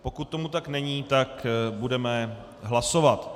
Pokud tomu tak není, tak budeme hlasovat.